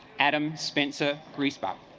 adam spencer greaseball